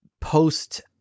post